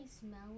Smell